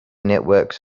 networks